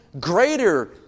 greater